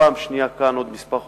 ופעם שנייה כאן בעוד מספר חודשים,